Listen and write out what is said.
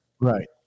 Right